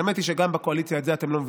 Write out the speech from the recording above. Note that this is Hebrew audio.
האמת היא שגם בקואליציה את זה אתם לא מבינים,